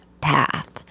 path